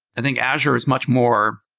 i think azure is much more